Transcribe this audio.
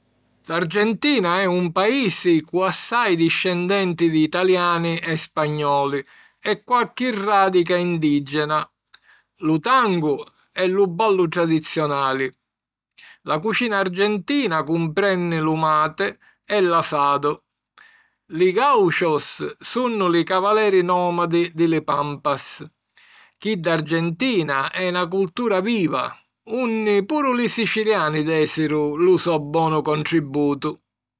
L’Argentina è un paisi cu assai discendenti di italiani e spagnoli e qualchi ràdica indìgena. Lu tangu è lu ballu tradizionali. La cucina argentina cumprenni lu mate e l’asado. Li gauchos sunnu li cavaleri nòmadi di li pampas. Chidda argentina è na cultura viva, unni puru li siciliani dèsiru lu so bonu contributu.